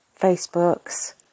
Facebooks